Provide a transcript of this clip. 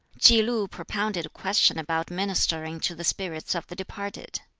tsz-lu propounded a question about ministering to the spirits of the departed.